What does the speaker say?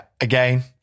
Again